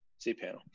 cPanel